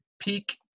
peak